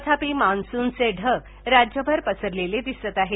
तथापि मान्सूनचे ढग राज्यभर पसरलेले दिसत आहेत